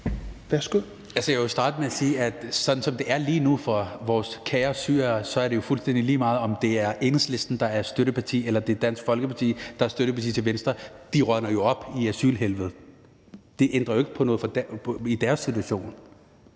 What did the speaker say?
(FG): Jeg vil starte med at sige, at sådan som det er lige nu for vores kære syrere, er det jo fuldstændig lige meget, om det er Enhedslisten, der er støtteparti, eller om det er Dansk Folkeparti, der er støtteparti til Venstre. De rådner jo op i asylhelvedet. Det ændrer ikke på noget i deres situation.